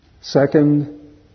second